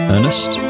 Ernest